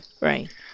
Right